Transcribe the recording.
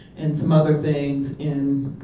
and some other things in.